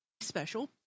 special